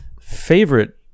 favorite